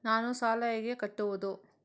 ನಾನು ಸಾಲ ಹೇಗೆ ಕಟ್ಟುವುದು?